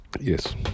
Yes